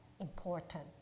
important